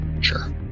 Sure